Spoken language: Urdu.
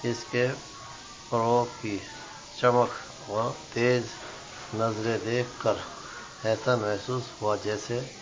اس کے فروغ کی چمک اور تیز نظریں دیکھ کر ایسا محسوس ہوا جیسے